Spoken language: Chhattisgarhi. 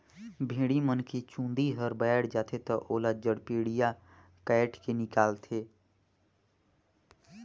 भेड़ी मन के चूंदी हर बायड जाथे त ओला जड़पेडिया कायट के निकालथे